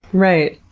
right.